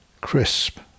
crisp